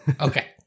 Okay